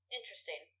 Interesting